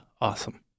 Awesome